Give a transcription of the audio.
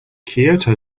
kyoto